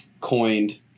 coined